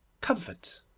comfort